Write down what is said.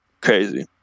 crazy